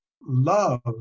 love